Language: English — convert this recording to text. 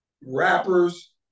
rappers